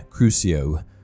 Crucio